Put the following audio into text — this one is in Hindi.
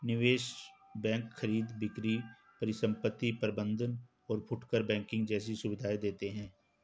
निवेश बैंक खरीद बिक्री परिसंपत्ति प्रबंध और फुटकर बैंकिंग जैसी सुविधायें देते हैं